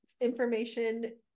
information